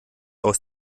aus